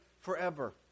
forever